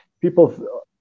people